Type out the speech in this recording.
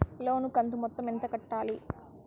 లోను కంతు మొత్తం ఎంత కట్టాలి?